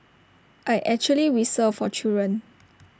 I actually whistle for children